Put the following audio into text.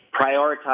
Prioritize